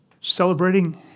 Celebrating